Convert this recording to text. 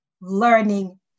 learning